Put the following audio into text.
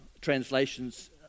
translations